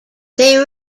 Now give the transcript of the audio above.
they